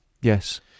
Yes